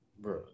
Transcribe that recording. Bro